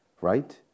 right